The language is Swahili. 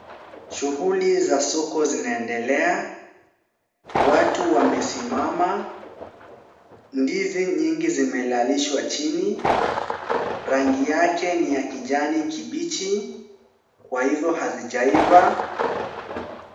Shughuli za soko zinaendelea, watu wamesimama, ndizi nyingi zimelalishwa chini, rangi yake ni ya kijani kibichi, kwa hivyo hazijaiva.